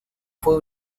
fue